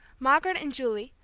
margaret and julie,